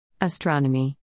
Astronomy